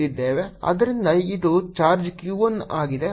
ಆದ್ದರಿಂದ ಇದು charge q 1 ಆಗಿದೆ